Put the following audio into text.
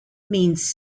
means